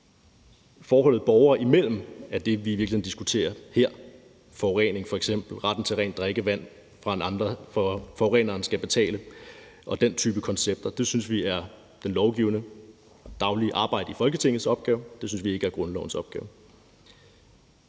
Forholdet borgerne imellem er det, vi i virkeligheden diskuterer her, f.eks. forurening, retten til rent drikkevand, at forureneren skal betale, og den type koncepter. Det synes vi er det lovgivende daglige arbejde i Folketingets opgave at håndtere. Det synes vi ikke er grundlovens opgave.